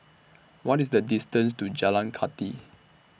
What IS The distance to Jalan Kathi